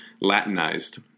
Latinized